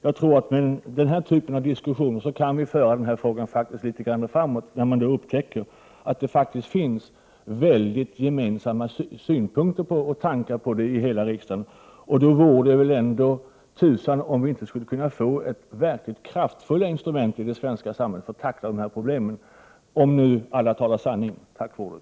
Jag tror att vi med denna typ av diskussion kan föra frågan litet grand framåt. Vi har här funnit att det faktiskt finns gemensamma synpunkter och tankar i riksdagen på dessa frågor. Om alla talar sanning, vore det egendomligt om vi inte skulle kunna få till stånd ett verkligt kraftfullt instrument för att tackla dessa problem i det svenska samhället.